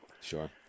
Sure